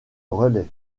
relais